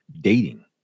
dating